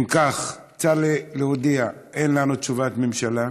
אם כך, צר לי להודיע: אין לנו תשובת ממשלה.